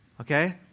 okay